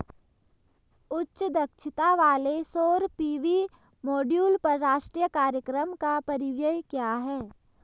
उच्च दक्षता वाले सौर पी.वी मॉड्यूल पर राष्ट्रीय कार्यक्रम का परिव्यय क्या है?